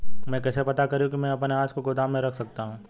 मैं कैसे पता करूँ कि मैं अपने अनाज को गोदाम में रख सकता हूँ?